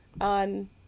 On